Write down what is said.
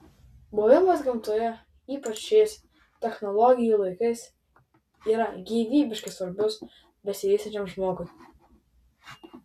buvimas gamtoje ypač šiais technologijų laikais yra gyvybiškai svarbus besivystančiam žmogui